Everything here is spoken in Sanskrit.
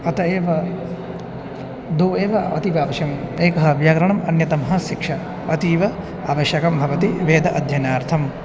अतः एव द्वौ एव अतीव आवश्यकम् एकं व्याकरणम् अन्यतमं शिक्षा अतीव आवश्यकं भवति वेदाध्ययनार्थम्